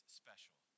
special